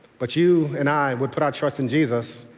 but you and i, we put our trust in jesus,